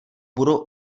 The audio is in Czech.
budou